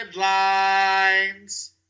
headlines